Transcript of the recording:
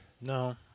No